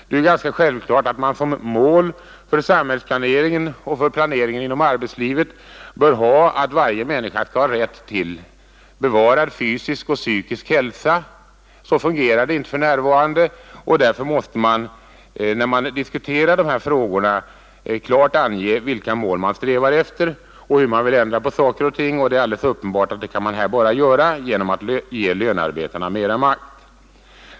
Det är ganska självklart att målet för samhällsplaneringen och för planeringen inom arbetslivet bör vara att varje människa skall ha rätt till bevarad fysisk och psykisk hälsa. Så fungerar det inte för närvarande. Därför måste man när man diskuterar dessa frågor klart ange vilka mål man strävar efter och hur man vill ändra på saker och ting. Det är alldeles uppenbart att det kan man bara göra genom att ge lönearbetarna mera makt.